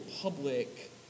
public